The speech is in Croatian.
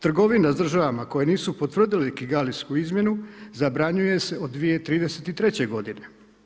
Trgovina s državama koje nisu potvrdile kigalijsku izmjenu zabranjuje se od 2033. godine.